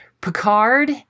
Picard